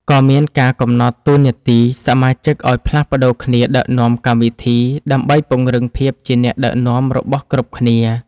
ក៏មានការកំណត់តួនាទីសមាជិកឱ្យផ្លាស់ប្តូរគ្នាដឹកនាំកម្មវិធី ដើម្បីពង្រឹងភាពជាអ្នកដឹកនាំរបស់គ្រប់គ្នា។